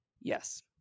Yes